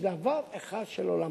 יש דבר אחד שלא למדת.